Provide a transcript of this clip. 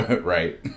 right